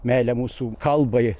meilę mūsų kalbai